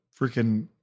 freaking